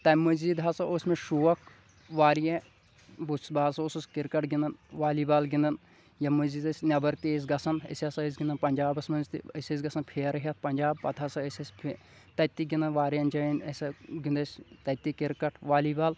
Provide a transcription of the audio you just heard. تمہِ مٔزیٖد ہسا اوس مےٚ شوق واریاہ بہٕ بہٕ ہسا اوسُس کرکٹ گِنٛدان والی بال گِنٛدان ییٚمہِ مٔزیٖد ٲسۍ نٮ۪بر تہِ أسۍ گژھان أسۍ ہسا ٲسۍ گِنٛدان پنٛجابس منٛز تہِ أسۍ ٲسۍ گژھان پھیرٕ ہٮ۪تھ پنٛجاب پتہٕ ہسا أسۍ أسۍ تتہِ تہِ گِنٛدان واریاہن جایَن اسہِ گِیُنٛد اسہِ تتہِ تہِ کرکٹ والی بال